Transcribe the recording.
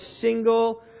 single